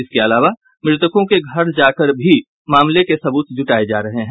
इसके अलावा मृतकों के घर जाकर भी मामले के सबूत जुटाये जा रहे हैं